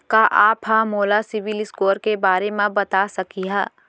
का आप हा मोला सिविल स्कोर के बारे मा बता सकिहा?